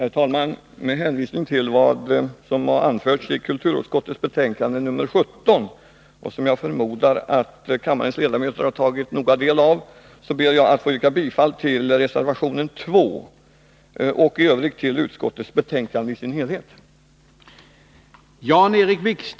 Herr talman! Med hänvisning till vad som anförs i kulturutskottets betänkande nr 17, som jag förmodar att kammarens ledamöter har tagit noga del av, ber jag att få yrka bifall till reservation 2 och i övrigt till utskottets hemställan i dess helhet.